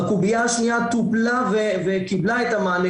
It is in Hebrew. הקובייה השנייה טופלה וקיבלה את המענה,